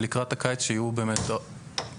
לקראת הקיץ שיהיה אולי צפי,